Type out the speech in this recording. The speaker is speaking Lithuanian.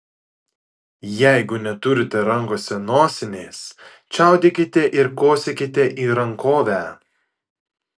jeigu neturite rankose nosinės čiaudėkite ir kosėkite į rankovę